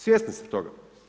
Svjesni ste toga.